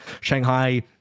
Shanghai